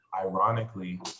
ironically